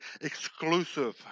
exclusive